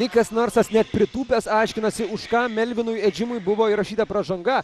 nikas narsas net pritūpęs aiškinasi už ką melvinui edžimui buvo įrašyta pražanga